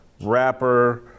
rapper